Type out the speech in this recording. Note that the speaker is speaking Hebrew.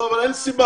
לא, אבל אין סיבה.